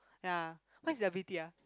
ya what his ability ah